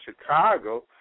Chicago